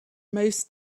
most